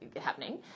happening